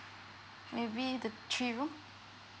maybe the three room